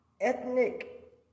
ethnic